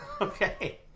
Okay